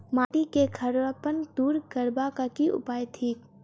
माटि केँ खड़ापन दूर करबाक की उपाय थिक?